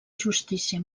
justícia